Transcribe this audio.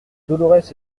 dolorès